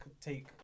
take